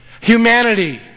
Humanity